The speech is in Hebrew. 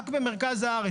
רק במרכז הארץ.